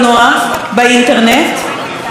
צריך עכשיו לקבל החזר מהמדינה.